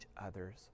others